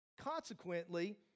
Consequently